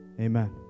Amen